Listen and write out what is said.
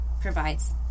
provides